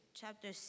chapter